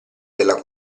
della